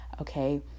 Okay